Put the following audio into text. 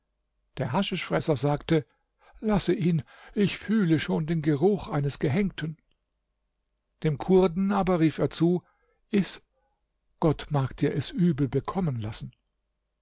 der haschischfresser sagte lasse ihn ich fühle schon den geruch eines gehängten dem kurden aber rief er zu iß gott mag dir es übel bekommen lassen